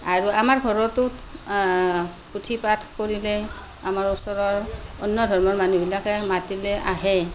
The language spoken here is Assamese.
আৰু আমাৰ ঘৰতো পুথি পাঠ কৰিলে আমাৰ ওচৰৰ অন্য ধৰ্মৰ মানুহবিলাকে মাতিলে আহে